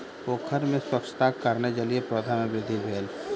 पोखैर में स्वच्छताक कारणेँ जलीय पौधा के वृद्धि भेल